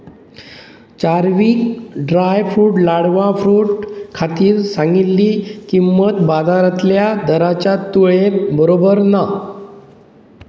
चार्वीक dry fruit लाडवा fruit खातीर सांगिल्ली किंमत बाजारांतल्या दराच्या तुळेंत बरोबर ना